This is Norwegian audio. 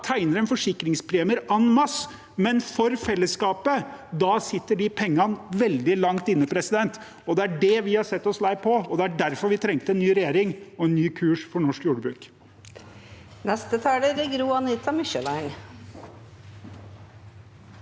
tegner de forsikringspremier «en masse», men hvis det er for fellesskapet, sitter de pengene veldig langt inne. Det er det ved har sett oss lei på, og det var derfor vi trengte en ny regjering og en ny kurs for norsk jordbruk.